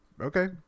okay